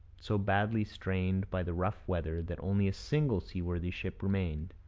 so badly strained by the rough weather that only a single seaworthy ship remained.